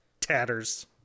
Tatters